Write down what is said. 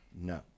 No